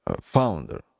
founder